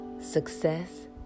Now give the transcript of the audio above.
success